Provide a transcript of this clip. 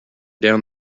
down